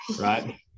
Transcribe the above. Right